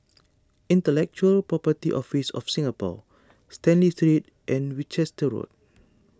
Intellectual Property Office of Singapore Stanley Street and Winchester Road